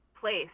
place